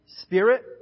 spirit